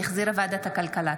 שהחזירה ועדת הכלכלה.